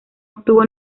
obtuvo